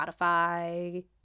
spotify